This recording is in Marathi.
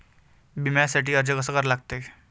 बिम्यासाठी अर्ज कसा करा लागते?